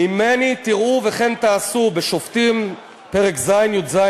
"ממני תראו וכן תעשו", בשופטים פרק ז', י"ז.